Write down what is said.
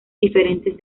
diferentes